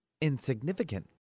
insignificant